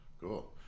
Cool